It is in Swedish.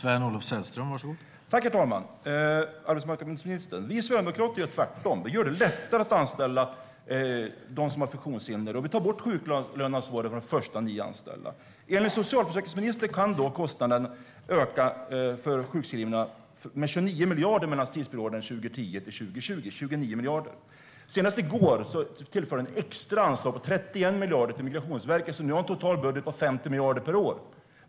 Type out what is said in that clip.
Herr talman! Vi sverigedemokrater gör tvärtom, vi gör det lättare att anställa personer som har funktionshinder. Vi vill också ta bort sjuklöneansvaret från de första nio anställda. Enligt socialförsäkringsministern kan kostnaden för sjukskrivna öka med 29 miljarder under tidsperioden 2010-2020. Senast i går tillfördes ett extra anslag på 31 miljarder till Migrationsverket som har en total budget på 50 miljarder per år.